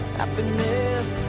Happiness